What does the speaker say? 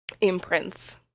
imprints